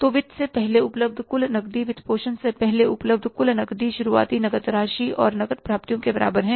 तो वित्त से पहले उपलब्ध कुल नकदी वित्तपोषण से पहले उपलब्ध कुल नकदी शुरुआती नकद राशि और नकद प्राप्तियों के बराबर है